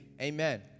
Amen